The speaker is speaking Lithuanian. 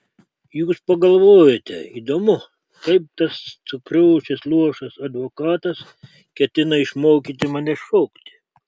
jūs pagalvojote įdomu kaip tas sukriošęs luošas advokatas ketina išmokyti mane šokti